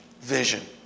vision